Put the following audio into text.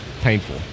painful